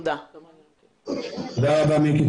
תודה רבה מיקי.